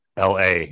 LA